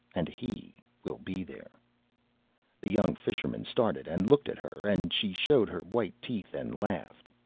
and he will be there the young fisherman started and looked at her, and she showed her white teeth and laughed.